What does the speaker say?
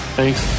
Thanks